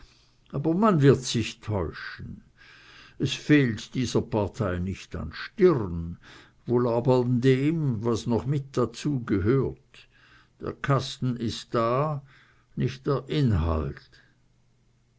aber man wird sich täuschen es fehlt dieser partei nicht an stirn wohl aber an dem was noch mit dazu gehört der kasten ist da nicht der inhalt